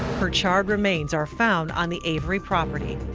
her charred remains are found on the avery property.